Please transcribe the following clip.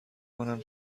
کنم